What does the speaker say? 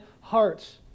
hearts